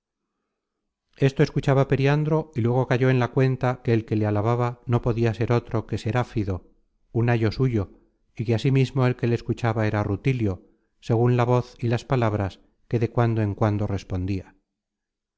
esto escuchaba periandro y luego cayó en la cuenta que el que le alababa no podia ser otro que serafido un ayo suyo y que asimismo el que le escuchaba era rutilio segun la voz y las palabras que de cuando en cuando respondia